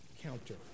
counter